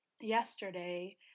yesterday